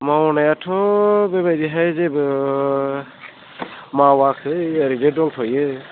मावनायाथ' बेबायदिहाय जेबो मावाखै ओरैनो दंथयो